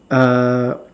err